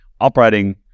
operating